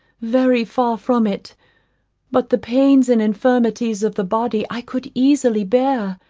very far from it but the pains and infirmities of the body i could easily bear,